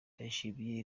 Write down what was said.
ndayishimiye